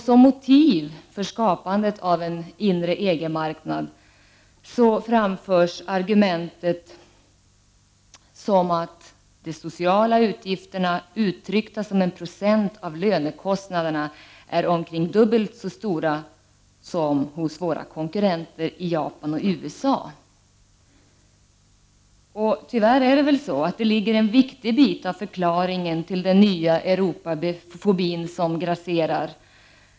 Som motiv för skapandet av en inre EG-marknad framförs argumentet att de sociala utgifterna uttryckta som en procent av lönekostnaderna är omkring dubbelt så stora som hos våra konkurrenter i Japan och USA. Tyvärr ligger där en viktig del av förklaringen till den nya Europafobi som grasserar.